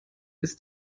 ist